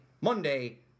Monday